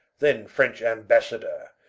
then french embassador,